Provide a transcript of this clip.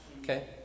Okay